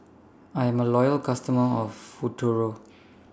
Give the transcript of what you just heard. I'm A Loyal customer of Futuro